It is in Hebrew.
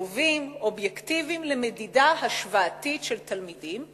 טובים ואובייקטיביים למדידה השוואתית של תלמידים,